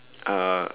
uh